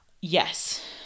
Yes